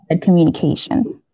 communication